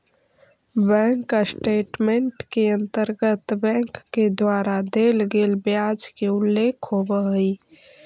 bank statement के अंतर्गत bank के द्वारा देल गेल ब्याज के उल्लेख होवऽ हइ